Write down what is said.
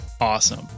Awesome